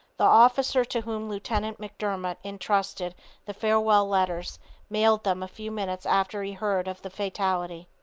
the officer to whom lieutenant mcdermott intrusted the farewell letters mailed them a few minutes after he heard of the fatality.